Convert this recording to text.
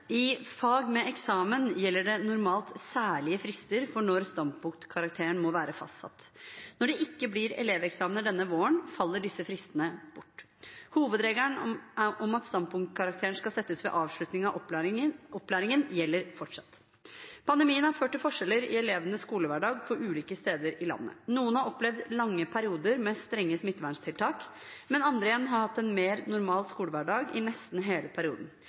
I fag med eksamen gjelder det normalt særlige frister for når standpunktkarakteren må være fastsatt. Når det ikke blir eleveksamener denne våren, faller disse fristene bort. Hovedregelen om at standpunktkarakteren skal settes ved avslutning av opplæringen, gjelder fortsatt. Pandemien har ført til forskjeller i elevenes skolehverdag på ulike steder i landet. Noen har opplevd lange perioder med strenge smitteverntiltak, mens andre har hatt en mer normal skolehverdag i nesten hele perioden.